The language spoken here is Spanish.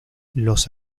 los